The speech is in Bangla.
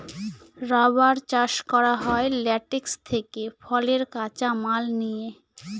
রাবার চাষ করা হয় ল্যাটেক্স থেকে ফলের কাঁচা মাল নিয়ে